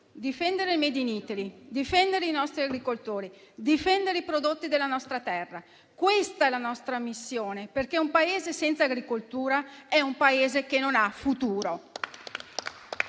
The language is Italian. difendere il *made in Italy*, difendere i nostri agricoltori, difendere i prodotti della nostra terra: è la nostra missione, perché un Paese senza agricoltura è un Paese che non ha futuro.